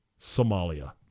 Somalia